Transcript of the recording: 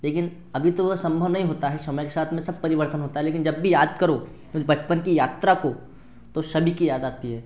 लेकिन अभी तो वो संभव नहीं होता है समय के साथ में सब परिवर्तन होता है लेकिन जब भी याद करो उस बचपन की यात्रा को तो सभी की याद आती है